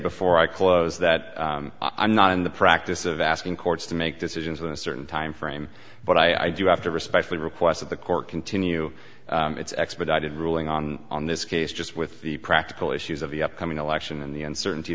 before i close that i'm not in the practice of asking courts to make decisions in a certain timeframe but i do have to respectfully request that the court continue its expedited ruling on on this case just with the practical issues of the upcoming election and the uncertainty